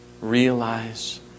realize